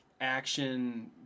action